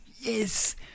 yes